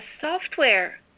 software